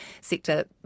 sector